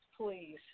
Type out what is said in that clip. please